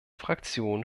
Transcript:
fraktion